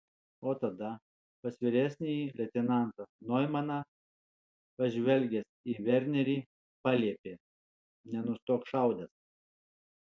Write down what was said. o tada pas vyresnįjį leitenantą noimaną pažvelgęs į vernerį paliepė nenustok šaudęs